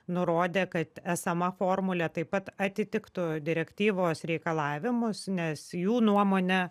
nurodė kad esama formulė taip pat atitiktų direktyvos reikalavimus nes jų nuomone